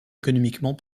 économiquement